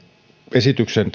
esityksen